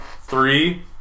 three